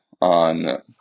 on